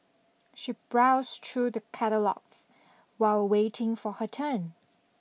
she browsed through the catalogues while waiting for her turn